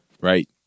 Right